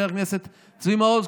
חבר הכנסת צבי מעוז.